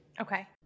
Okay